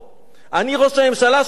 אני ראש הממשלה שבנה הכי